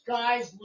guys